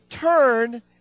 turn